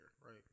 right